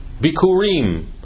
bikurim